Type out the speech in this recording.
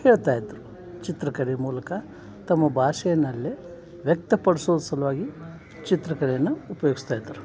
ಹೇಳ್ತಾಯಿದ್ದರು ಚಿತ್ರಕಲೆ ಮೂಲಕ ತಮ್ಮ ಭಾಷೆಯಲ್ಲೇ ವ್ಯಕ್ತಪಡಿಸುವ ಸಲುವಾಗಿ ಚಿತ್ರಕಲೆಯನ್ನು ಉಪಯೋಗ್ಸ್ತಾಯಿದ್ರು